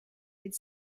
with